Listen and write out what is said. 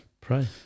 Pray